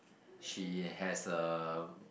she has a